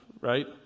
right